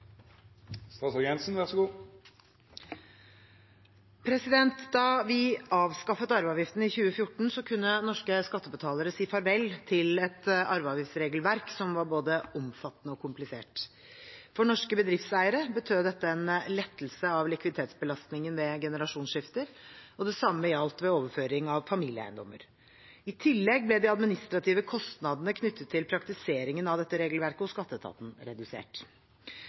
vi avskaffet arveavgiften i 2014, kunne norske skattebetalere si farvel til et arveavgiftsregelverk som var både omfattende og komplisert. For norske bedriftseiere betød dette en lettelse av likviditetsbelastningen ved generasjonsskifter, og det samme gjaldt ved overføring av familieeiendommer. I tillegg ble de administrative kostnadene knyttet til praktiseringen av dette regelverket hos skatteetaten redusert.